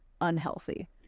unhealthy